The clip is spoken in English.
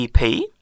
EP